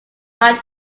line